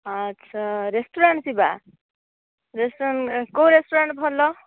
ଆଚ୍ଛା ରେଷ୍ଟୁରାଣ୍ଟ ଯିବା ରେଷ୍ଟୁରାଣ୍ଟ କେଉଁ ରେଷ୍ଟୁରାଣ୍ଟ ଭଲ